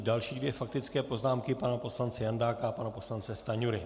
Další dvě faktické poznámky pana poslance Jandáka a pana poslance Stanjury.